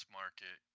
market